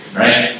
right